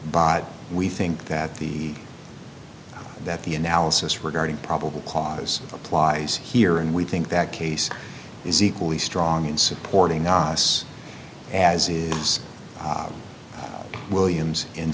by we think that the that the analysis regarding probable cause applies here and we think that case is equally strong in supporting us as is williams in